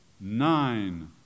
nine